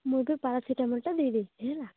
ମୁଁ ଏବେ ପାରାସିଟାମଲଟା ଦେଇଦେଇଛି ହେଲା